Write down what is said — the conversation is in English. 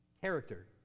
character